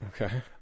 Okay